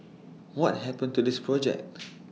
what happened to this project